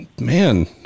man